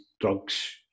drugs